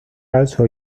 also